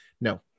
No